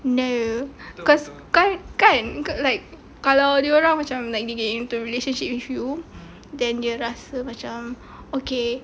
no because kan like kalau dorang macam like they get into a relationship with you then dia rasa macam okay